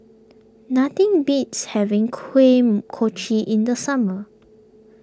nothing beats having Kuih Kochi in the summer